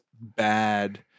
bad